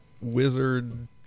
wizard